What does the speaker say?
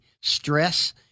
stress